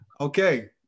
Okay